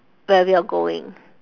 where we are going